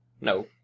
No